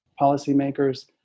policymakers